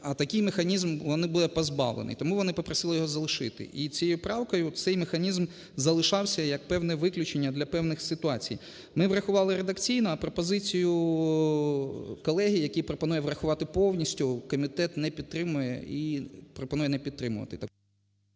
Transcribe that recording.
а такий механізм, вони будуть позбавлені. Тому вони попросили його залишити. І цією правкою цей механізм залишався як певне виключення для певних ситуацій. Ми врахували редакційно, а пропозицію колеги, який пропонує врахувати повністю комітет не підтримує і пропонує не підтримувати